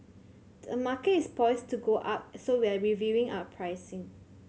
the market is poised to go up so we're reviewing our pricing